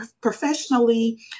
professionally